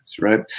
right